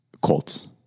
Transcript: Colts